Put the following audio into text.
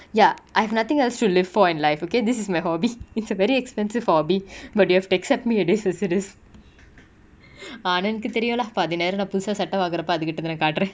ya I have nothing else to live for in life okay this is my hobby it's a very expensive hobby but you have to accept me as this it is ananth கு தெரியு:ku theriyu lah பாதி நேரோ நா புதுசா சட்ட வாங்குரப்ப அதுகிட்டதான காட்டுர:paathi nero na puthusa satta vaangurappa athukittathana kaatura